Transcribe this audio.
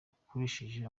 akurikije